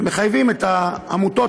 ומחייבים את העמותות,